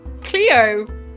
Cleo